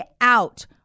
out